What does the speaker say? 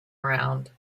around